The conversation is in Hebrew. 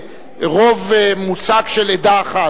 רוב מוצק של עדה אחת,